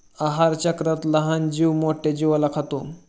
आहारचक्रात लहान जीव मोठ्या जीवाला खातो